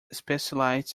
specialized